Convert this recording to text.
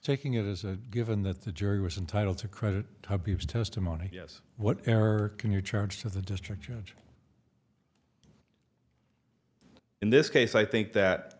taking it as a given that the jury was entitled to credit to people testimony yes what can you charge to the district judge in this case i think that